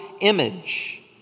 image